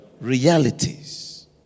Realities